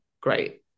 great